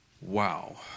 Wow